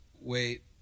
wait